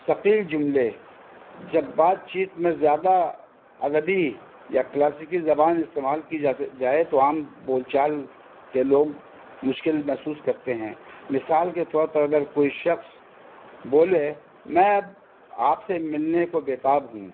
ثقیل جملے جب بات چیت میں زیادہ ادبی یا کلاسیکی زبان استعمال کی جاتی جائے تو عام بول چال کے لوگ مشکل محسوس کرتے ہیں مثال کے طور پر اگر کوئی شخص بولے میں آپ سے ملنے کو بیتاب ہوں